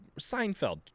Seinfeld